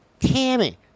Tammy